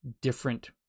different